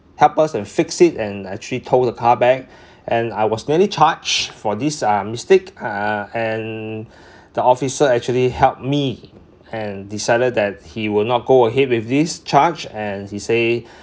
help us and fix it and actually tow the car back and I was nearly charged for this uh mistake uh and the officer actually helped me and decided that he will not go ahead with this charge and he say